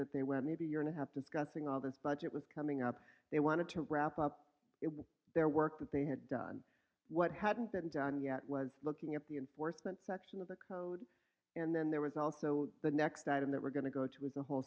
that they went maybe year and have discussing all the budget was coming up they wanted to wrap up their work with they had done what hadn't been done yet was looking at the enforcement section of the code and then there was also the next item that we're going to go to is a whole